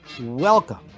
Welcome